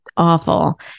Awful